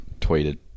tweeted